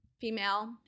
female